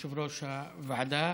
יושב-ראש הוועדה.